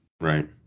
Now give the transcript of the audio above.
Right